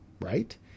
right